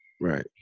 Right